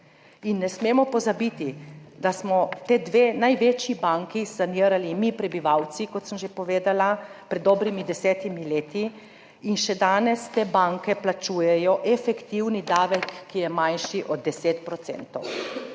Ne smemo pozabiti, da smo ti dve največji banki sanirali mi prebivalci, kot sem že povedala, pred dobrimi desetimi leti, in še danes te banke plačujejo efektivni davek, ki je manjši od 10 %.